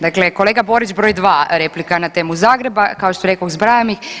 Dakle kolega Borić broj dva replika na temu Zagreba kao što rekoh zbrajam ih.